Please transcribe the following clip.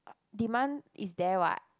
demand is there what